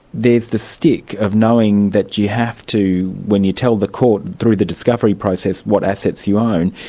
the the stick of knowing that you have to, when you tell the court through the discovery process what assets you own,